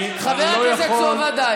אני לא יכול, אני לא יכול, חבר הכנסת סובה, די.